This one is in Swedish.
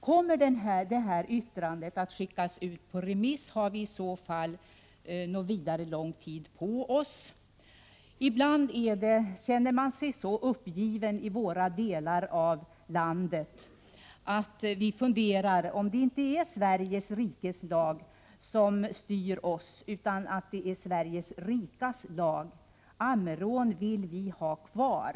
Kommer vattendomstolens yttrande att skickas ut på remiss? Har vi i så fall tillräckligt lång tid på oss? Ibland känner vi oss så uppgivna i vår del av landet, att vi undrar om det är Sveriges rikes lag som styr oss, eller om det är Sveriges rikas lag. Ammerån vill vi ha kvar.